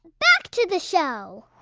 back to the show